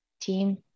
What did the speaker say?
team